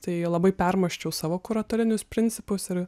tai labai permąsčiau savo kuratorinius principus ir